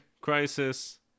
Crisis